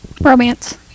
Romance